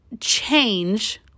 change